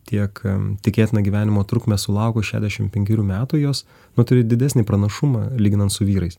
tiek tikėtiną gyvenimo trukmę sulaukus šešiasdešimt penkerių metų jos na turi didesnį pranašumą lyginant su vyrais